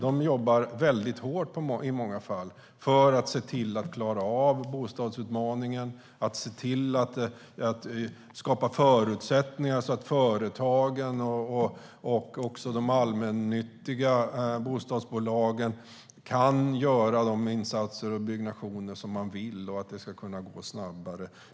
De jobbar väldigt hårt i många fall för att se till att klara av bostadsutmaningen och skapa förutsättningar så att företagen och de allmännyttiga bostadsbolagen kan göra de insatser och byggnationer som de vill och så att det ska kunna gå snabbare.